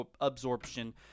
absorption